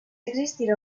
existira